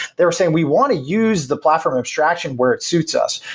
they were saying, we want to use the platform abstraction where it suits us.